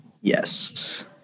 yes